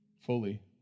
fully